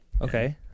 Okay